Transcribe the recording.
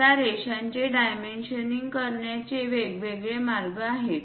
या रेषांचे डायमेन्शनिंग करण्याचे वेगवेगळे मार्ग आहेत